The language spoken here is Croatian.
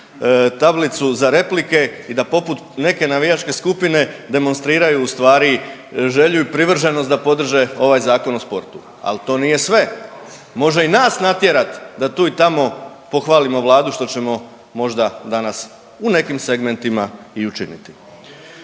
tablicu za replike i da poput neke navijačke skupine demonstriraju ustvari želju i privrženost da podrže ovaj Zakon o sportu. Ali to nije sve, može i nas natjerat da tu i tamo pohvalimo vladu što ćemo možda danas u nekim segmentima i učiniti.